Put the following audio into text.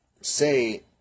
say